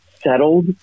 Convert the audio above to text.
settled